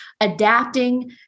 adapting